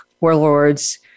warlords